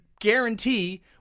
guarantee